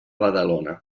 badalona